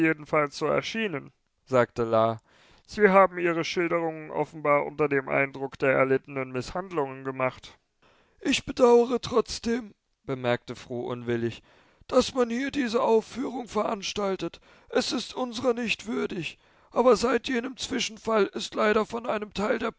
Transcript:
so erschienen sagte la sie haben ihre schilderungen offenbar unter dem eindruck der erlittenen mißhandlungen gemacht ich bedauere trotzdem bemerkte fru unwillig daß man hier diese aufführung veranstaltet es ist unsrer nicht würdig aber seit jenem zwischenfall ist leider von einem teil der